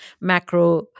macro